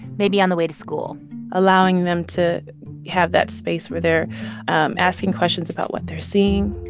maybe on the way to school allowing them to have that space, where they're um asking questions about what they're seeing,